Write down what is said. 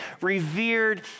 revered